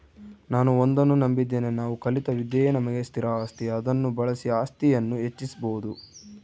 ನಾನು ಒಂದನ್ನು ನಂಬಿದ್ದೇನೆ ನಾವು ಕಲಿತ ವಿದ್ಯೆಯೇ ನಮಗೆ ಸ್ಥಿರ ಆಸ್ತಿ ಅದನ್ನು ಬಳಸಿ ಆಸ್ತಿಯನ್ನು ಹೆಚ್ಚಿಸ್ಬೋದು